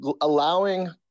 allowing